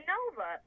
Nova